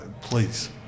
please